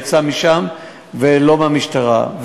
יצא משם ולא מהמשטרה.